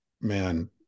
man